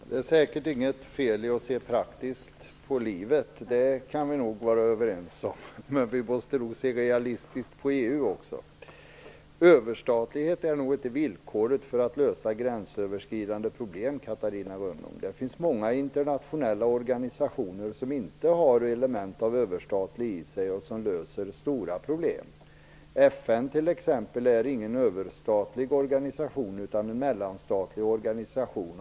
Herr talman! Det är säkert inget fel i att se praktiskt på livet. Det kan vi vara överens om. Men vi måste nog se realistiskt på EU också. Överstatlighet är inte villkoret för att lösa gränsöverskridande problem, Catarina Rönnung. Det finns många internationella organisationer som inte har element av överstatlighet i sig och som löser stora problem. FN är t.ex. inte någon överstatlig organisation utan en mellanstatlig organisation.